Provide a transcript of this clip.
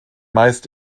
meist